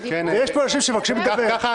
ויש פה אנשים שמבקשים לדבר.